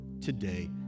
today